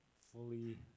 fully